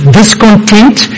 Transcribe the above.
discontent